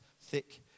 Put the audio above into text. thick